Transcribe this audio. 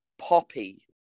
poppy